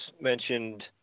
mentioned